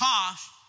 cost